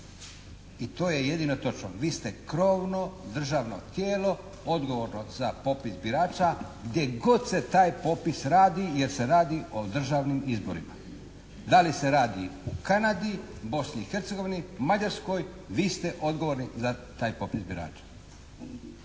I to je jedino točno. Vi ste krovno državno tijelo odgovorno za popis birača gdje god se taj popis radi jer se radi o državnim izborima. Da li se radi u Kanadi, Bosni i Hercegovini, Mađarskoj vi ste odgovorni za taj popis birača.